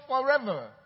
forever